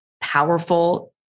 powerful